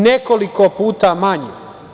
Nekoliko puta manje.